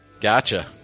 Gotcha